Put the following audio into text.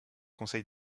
conseil